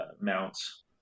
mounts